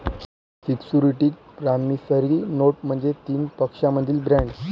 securities promissory note म्हणजे तीन पक्षांमधील बॉण्ड